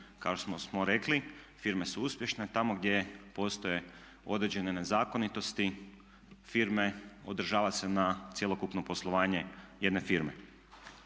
što smo rekli firme su uspješne, tamo gdje postoje određene nezakonitosti firme odražava se na cjelokupno poslovanje jedne firme.